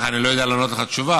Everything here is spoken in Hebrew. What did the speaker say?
אני לא יודע לענות לך תשובה.